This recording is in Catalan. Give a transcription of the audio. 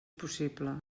possible